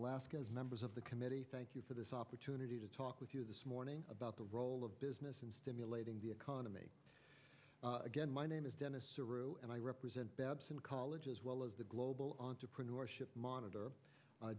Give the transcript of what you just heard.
last members of the committee thank you for this opportunity to talk with you this morning about the role of business in stimulating the economy again my name is dennis and i represent babson college as well as the global entrepreneurship monitor